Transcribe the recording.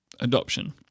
adoption